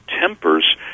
tempers